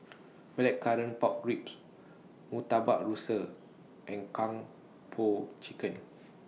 Blackcurrant Pork Ribs Murtabak Rusa and Kung Po Chicken